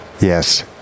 Yes